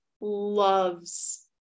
loves